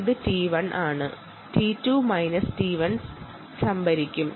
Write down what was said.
ഇത് t2 ആണ് ഇത് t1 ആണ് t2 മൈനസ് t1 കണ്ടുപിടിക്കുക